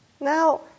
Now